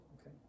Okay